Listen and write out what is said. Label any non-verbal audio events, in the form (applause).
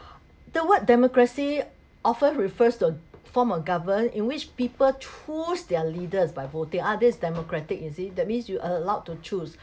(breath) the word democracy often refers to form a government in which people choose their leaders by voting ah this is democratic you see that means you allowed to choose